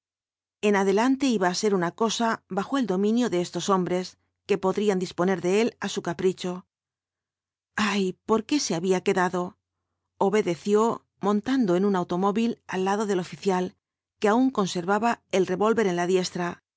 en adelante iba á ser una cosa bajo el dominio de estos hombres que podrían disponer de él á su capricho ay por qué se había quedado obedeció montando en un autoinóvil al lado del oficial que aun conservaba el revólver en la diestra